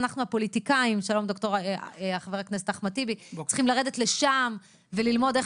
אנחנו הפוליטיקאים צריכים לרדת לשם וללמוד איך